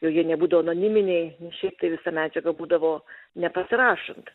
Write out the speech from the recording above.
jau jie nebūdavo anoniminiai šiaip tai visa medžiaga būdavo nepasirašant